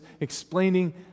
explaining